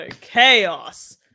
Chaos